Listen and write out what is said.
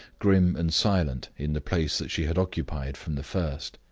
grim and silent, in the place that she had occupied from the first.